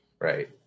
right